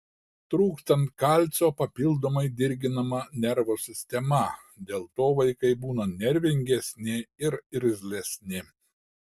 trūkstant kalcio papildomai dirginama nervų sistema dėl to vaikai būna nervingesni ir irzlesni